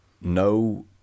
no